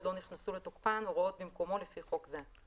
לא נכנסו לתוקפן הוראות במקומו לפי חוק זה.